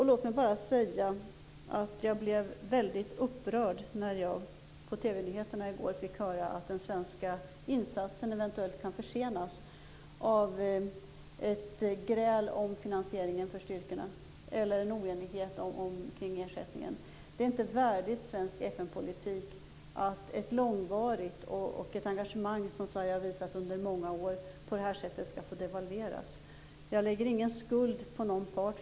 Låt mig bara säga att jag blev väldigt upprörd när jag på TV-nyheterna i går fick höra att den svenska insatsen eventuellt kan försenas på grund av ett gräl om finansiering av styrkorna eller en oenighet kring ersättningen. Det är inte värdigt svensk FN-politik att ett långvarigt engagemang på det här sättet skall devalveras. Jag lägger inte någon skuld på någon part.